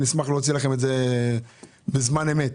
ואני אשמח להוציא לכם את זה בזמן אמת